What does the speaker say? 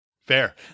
Fair